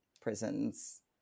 prisons